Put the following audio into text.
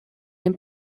dem